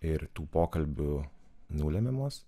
ir tų pokalbių nulemiamos